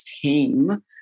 team